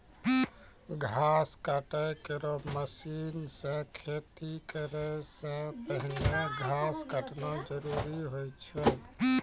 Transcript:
घास काटै केरो मसीन सें खेती करै सें पहिने घास काटना जरूरी होय छै?